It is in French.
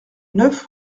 neuf